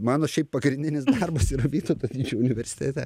mano šiaip pagrindinis darbas yra vytauto didžiojo universitete